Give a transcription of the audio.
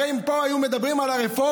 הרי אם פה היו מדברים על הרפורמים,